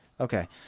Okay